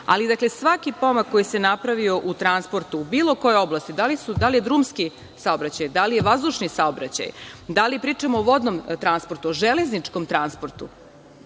Ali, svaki pomak koji se napravio u transportu u bilo kojoj oblasti, da li je drumski saobraćaj, da li je vazdušni saobraćaj, da li pričamo o vodnom transportu, o železničkom transportu,